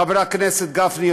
לחבר הכנסת גפני,